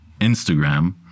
Instagram